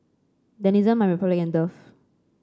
Denizen MyRepublic and Dove